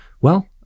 well-